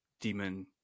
demon